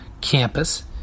campus